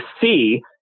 see